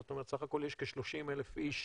זאת אומרת, סך יש כ-30,000 איש